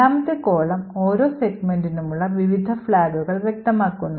രണ്ടാമത്തെ coulmn ഓരോ സെഗ്മെന്റിനുമുള്ള വിവിധ ഫ്ലാഗുകൾ വ്യക്തമാക്കുന്നു